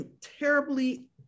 terribly